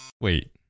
Wait